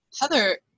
Heather